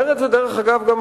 אומר את זה, דרך אגב, גם